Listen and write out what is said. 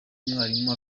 umwarimu